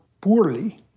poorly